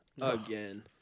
again